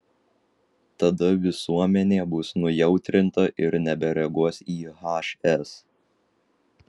tada visuomenė bus nujautrinta ir nebereaguos į hs